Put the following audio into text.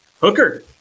Hooker